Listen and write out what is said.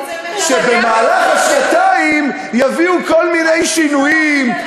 שבמהלך השנתיים יביאו כל מיני שינויים,